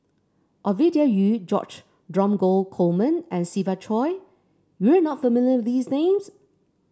Ovidia Yu George Dromgold Coleman and Siva Choy you are not familiar these names